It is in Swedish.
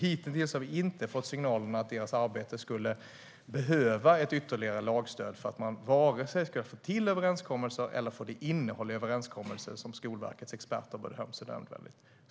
Hitintills har vi inte fått signaler om att Skolverkets arbete skulle behöva ytterligare lagstöd för att vare sig få till överenskommelser eller få det innehåll i överenskommelser som myndighetens experter bedömer som nödvändigt.